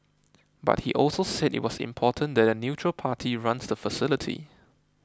but he also said it was important that a neutral party runs the facility